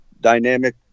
dynamic